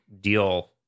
deal